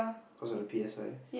cause of the P_S_I